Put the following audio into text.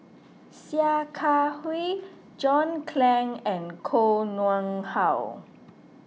Sia Kah Hui John Clang and Koh Nguang How